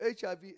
HIV